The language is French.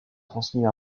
transmis